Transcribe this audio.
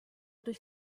durch